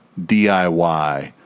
DIY